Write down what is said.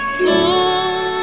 full